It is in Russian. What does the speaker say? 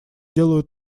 делаю